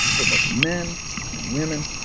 for both men and women.